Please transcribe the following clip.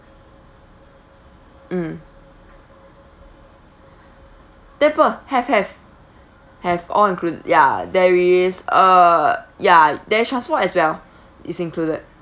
mm depo~ have have have all included ya there is uh ya there's transport as well is included